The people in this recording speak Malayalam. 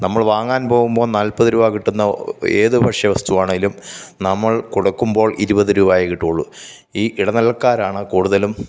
നമ്മൾ വാങ്ങാൻ പോകുമ്പോൾ നാൽപ്പത് രൂപ കിട്ടുന്ന ഏത് ഭക്ഷ്യ വസ്തുവാണെങ്കിലും നമ്മൾ കൊടുക്കുമ്പോൾ ഇരുപത് രൂപയെ കിട്ടുകയുള്ളു ഈ ഇടനിലക്കാരാണ് കൂടുതലും